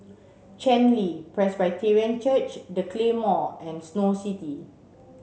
Chen Li Presbyterian Church The Claymore and Snow City